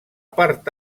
part